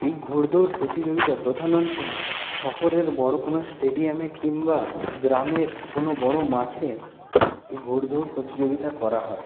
এই ঘোড়দৌড় প্রতিযোগিতা প্রধান অংশ শহরের বড়ো কোনো স্টেডিয়ামে কিংবা গ্রামের কোনো বড়ো মাঠে এই ঘোড়দৌড় প্রতিযোগিতা করা হয়